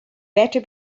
better